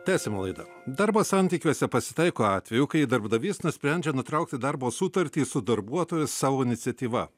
tęsiam laidą darbo santykiuose pasitaiko atvejų kai darbdavys nusprendžia nutraukti darbo sutartį su darbuotoju savo iniciatyva